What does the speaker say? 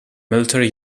military